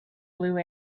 blue